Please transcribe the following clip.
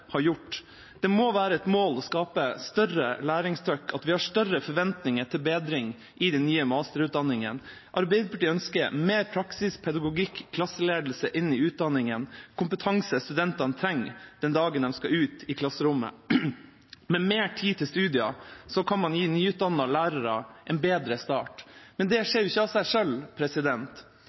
ha gjort. Det må være et mål å skape større læringstrykk, at vi har større forventninger til bedring i den nye masterutdanningen. Arbeiderpartiet ønsker mer praktisk-pedagogisk klasseledelse inn i utdanningen, kompetanse studentene trenger når de skal ut i klasserommet. Med mer tid til studier kan man gi nyutdannede lærere en bedre start. Men det skjer ikke av seg